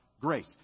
grace